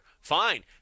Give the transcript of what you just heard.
Fine